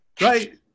right